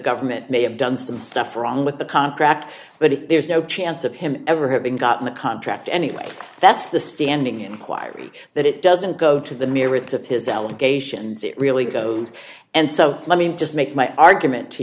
government may have done some stuff wrong with the contract but there's no chance of him ever having gotten a contract anyway that's the standing inquiry that it doesn't go to the merits of his allegations it really goes and so let me just make my argument to